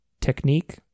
technique